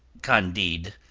candide,